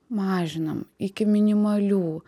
mažinam iki minimalių